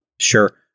Sure